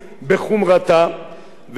וכמו רבים,